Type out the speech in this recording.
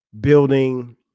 building